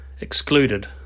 excluded